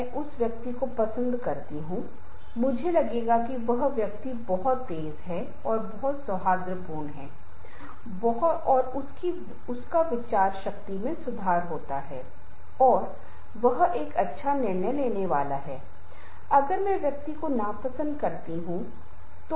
मैं यहां उल्लेख करना चाहूंगा कि कई अन्य स्रोतों के बीच धर्म और संस्कृति ये एक बहुत ही महत्वपूर्ण संघर्ष के महत्वपूर्ण स्रोत हैं कोई कह सकता है कि लोग बहुत संवेदनशील हो जाते हैं जिस पल हम बात करना शुरू करते हैं या किसी की संस्कृति या धर्म पर हमला करना शुरू करते हैं